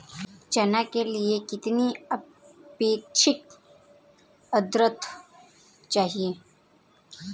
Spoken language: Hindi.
चना के लिए कितनी आपेक्षिक आद्रता चाहिए?